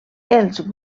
els